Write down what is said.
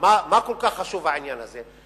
מה כל כך חשוב, העניין הזה?